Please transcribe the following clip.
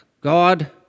God